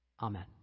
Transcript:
Amen